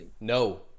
No